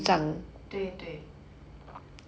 对对